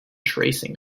tracing